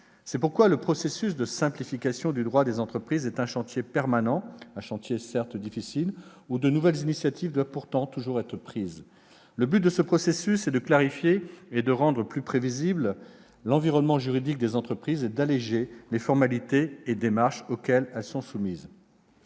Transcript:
C'est pourquoi le processus de simplification du droit des entreprises est un chantier permanent, certes difficile, où de nouvelles initiatives doivent toujours être prises. Le but de ce processus est de clarifier, de rendre l'environnement juridique des entreprises davantage prévisible et d'alléger les formalités et démarches auxquelles elles sont soumises.